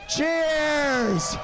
Cheers